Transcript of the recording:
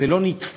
זה לא נתפס,